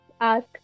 ask